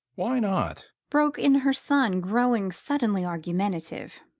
why not? broke in her son, growing suddenly argumentative.